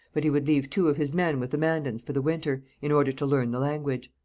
but he would leave two of his men with the mandans for the winter, in order to learn the language.